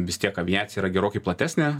vis tiek aviacija yra gerokai platesnė